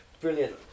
brilliant